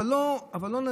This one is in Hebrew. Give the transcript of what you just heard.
אבל לא נניח,